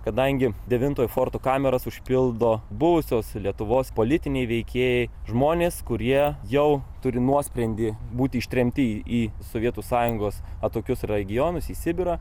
kadangi devintojo forto kameras užpildo buvusios lietuvos politiniai veikėjai žmonės kurie jau turi nuosprendį būti ištremti į sovietų sąjungos atokius regionus į sibirą